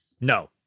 No